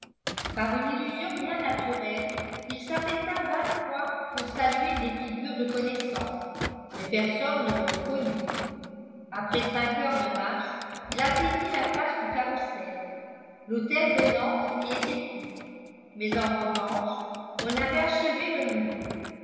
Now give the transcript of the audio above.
par une illusion bien naturelle il s'arrêta vingt fois pour saluer des figures de connaissance mais personne ne le reconnut après cinq heures de marche il atteignit la place du carrousel l'hôtel de nantes n'y était plus mais en revanche on avait achevé le louvre